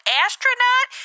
astronaut